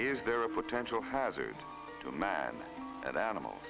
is there a potential hazard to man and animal